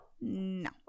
No